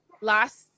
last